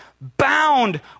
bound